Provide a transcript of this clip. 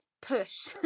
push